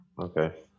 Okay